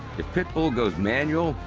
if pitbull goes manual,